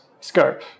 scope